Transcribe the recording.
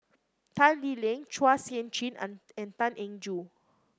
Tan Lee Leng Chua Sian Chin and Tan Eng Joo